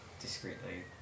discreetly